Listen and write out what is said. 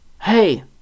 Hey